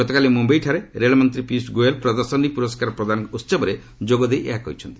ଗତକାଲି ମୁମ୍ଯାଇଠାରେ ରେଳମନ୍ତ୍ରୀ ପୀୟୁଷ ଗୋଏଲ୍ ପ୍ରିୟଦର୍ଶିନୀ ପୁରସ୍କାର ପ୍ରଦାନ ଉତ୍ସବରେ ଯୋଗଦେଇ ଏହା କହିଛନ୍ତି